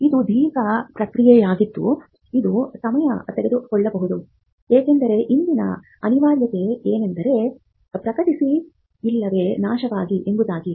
ಇದು ದೀರ್ಘ ಪ್ರಕ್ರಿಯೆಯಾಗಿದ್ದು ಇದು ಸಮಯ ತೆಗೆದುಕೊಳ್ಳಬಹುದು ಏಕೆಂದರೆ ಇಂದಿನ ಅನಿವಾರ್ಯತೆ ಎಂದರೆ ಪ್ರಕಟಿಸಿ ಇಲ್ಲವೇ ನಾಶವಾಗಿ ಎಂಬುದಾಗಿದೆ